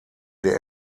der